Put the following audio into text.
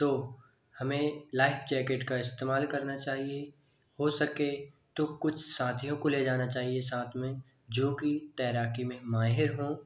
तो हमें life jacket का इस्तेमाल करना चाहिये हो सके तो कुछ साथियों को ले जाना चाहिये साथ में जो की तैराकी में माहिर हों